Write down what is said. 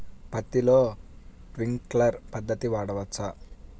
పత్తిలో ట్వింక్లర్ పద్ధతి వాడవచ్చా?